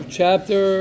chapter